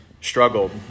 struggled